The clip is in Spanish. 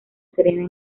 serena